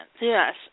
Yes